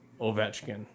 Ovechkin